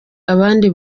abandi